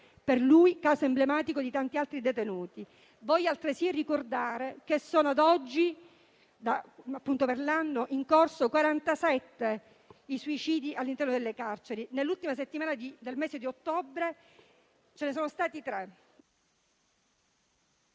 per lui, caso emblematico di tanti altri detenuti. Voglio altresì ricordare che solo ad oggi, per l'anno in corso, sono 47 i suicidi all'interno delle carceri. Nell'ultima settimana del mese di ottobre ce ne sono stati tre.